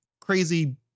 crazy